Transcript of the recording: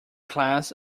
class